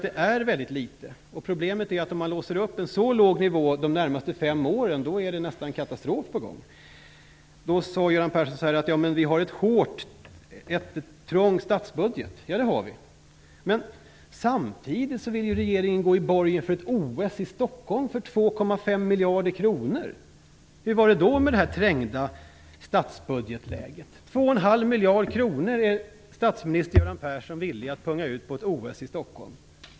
Det är väldigt litet, och problemet är att om man låser sig på en så låg nivå de närmaste fem åren är det nästan katastrof på gång. Göran Persson sade att vi har en trång statsbudget. Ja, det har vi. Men samtidigt vill regeringen gå i borgen för ett OS i Stockholm med 2,5 miljarder kronor. Hur är det då med det trängda läget i statsbudgeten? 2,5 miljarder kronor är statsministern villig att punga ut på ett OS i Stockholm.